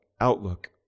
outlook